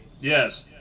Yes